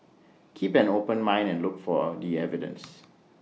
keep an open mind and look for the evidence